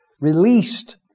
released